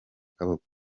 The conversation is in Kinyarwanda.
akaboko